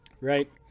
right